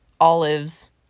olives